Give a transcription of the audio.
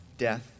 death